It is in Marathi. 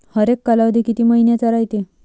हरेक कालावधी किती मइन्याचा रायते?